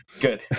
Good